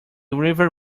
river